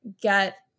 get